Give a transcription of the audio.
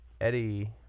Eddie